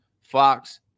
Fox